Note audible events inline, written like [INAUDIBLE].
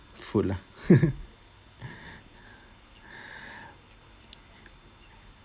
food lah [LAUGHS] [BREATH]